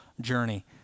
journey